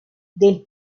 del